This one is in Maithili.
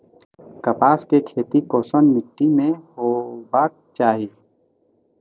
कपास के खेती केसन मीट्टी में हेबाक चाही?